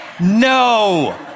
No